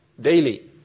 daily